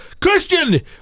Christian